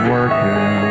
Working